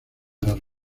las